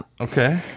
Okay